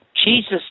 Jesus